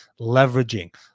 leveraging